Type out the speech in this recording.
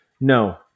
No